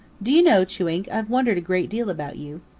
do you know, chewink, i've wondered a great deal about you.